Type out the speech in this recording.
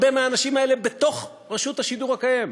הרבה מהאנשים האלה בתוך רשות השידור הקיימת.